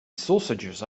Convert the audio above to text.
sausages